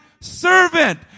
servant